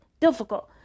difficult